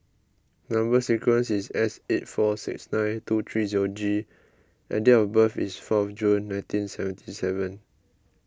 Number Sequence is S eight four six nine two three zero G and date of birth is four June nineteen seventy seven